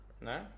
no